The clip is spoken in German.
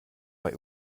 bei